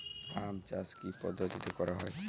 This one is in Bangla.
আম চাষ কি কি পদ্ধতিতে করা হয়?